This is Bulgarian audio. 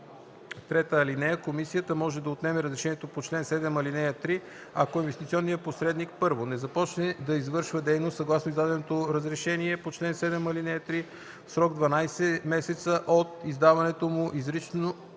3: „(3) Комисията може да отнеме разрешението по чл. 7, ал. 3, ако инвестиционният посредник: 1. не започне да извършва дейност съгласно издаденото разрешение по чл. 7, ал. 3 в срок 12 месеца от издаването му, изрично